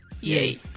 Yay